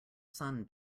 sun